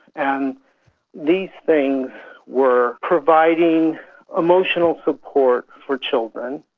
and these things were providing emotional support for children,